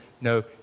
no